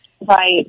Right